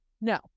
no